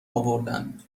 آوردن